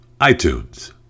iTunes